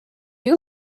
you